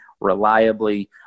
reliably